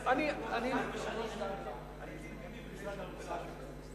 ב-2003 2004 הייתי עם ביבי במשרד האוצר.